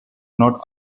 not